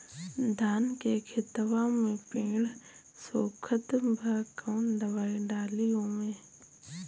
धान के खेतवा मे पेड़ सुखत बा कवन दवाई डाली ओमे?